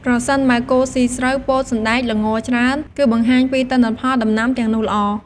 ប្រសិនបើគោស៊ី ស្រូវ ពោត សណ្តែក ល្ង ច្រើន គឺបង្ហាញពីទិន្នផលដំណាំទាំងនោះល្អ។